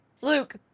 Luke